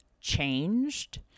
changed